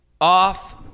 off